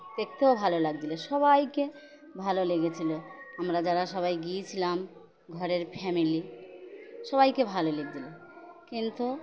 দেখতেও ভালো লাগছিল সবাইকে ভালো লেগেছিল আমরা যারা সবাই গিয়েছিলাম ঘরের ফ্যামিলি সবাইকে ভালো লেগেছিল কিন্তু